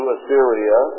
Assyria